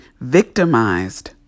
victimized